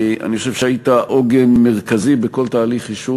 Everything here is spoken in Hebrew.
אני חושב שהיית עוגן מרכזי בכל תהליך אישור